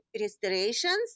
restorations